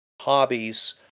hobbies